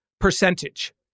percentage